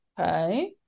Okay